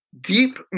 deep